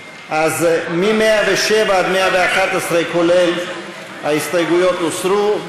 112. מ-107 עד 111, כולל, ההסתייגויות הוסרו.